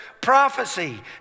prophecy